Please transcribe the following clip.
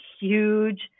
huge